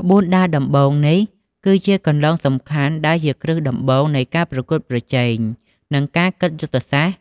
ក្បួនដើរដំបូងនេះគឺជាគន្លងសំខាន់ដែលជាគ្រឹះដំបូងនៃការប្រកួតប្រជែង និងការគិតយុទ្ធសាស្ត្រ